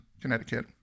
connecticut